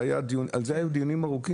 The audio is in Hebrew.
על זה היו דיונים ארוכים.